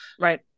Right